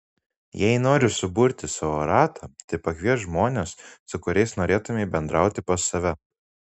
jei nori suburti savo ratą tai pasikviesk žmones su kuriais norėtumei bendrauti pas save